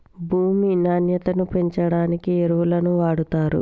భూమి నాణ్యతను పెంచడానికి ఎరువులను వాడుతారు